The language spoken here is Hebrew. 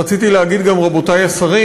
רציתי להגיד גם "רבותי השרים",